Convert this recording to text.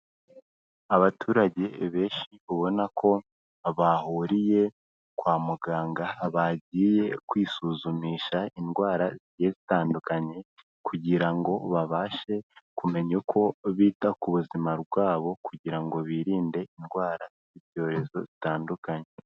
Abaturage benshi ubona ko bahuriye kwa muganga bagiye kwisuzumisha indwara zigiye zitandukanye, kugira ngo babashe kumenya uko bita ku buzima bwabo kugira ngo birinde indwara z'ibyorezo bitandukanye.